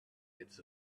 its